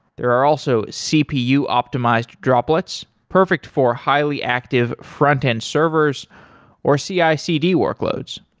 there are also cpu optimized droplets, perfect for highly active frontend servers or cicd workloads,